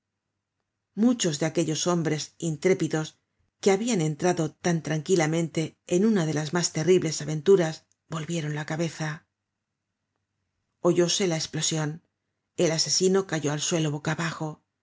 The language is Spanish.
muchos de aquellos hombres intrépidos que habian entrado tan tranquilamente en una de las mas terribles aventuras volvieron la cabeza oyóse la esplosion el asesino cayó al suelo boca abajo